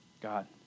God